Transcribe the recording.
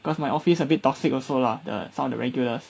because my office a bit toxic also lah the some of the regulars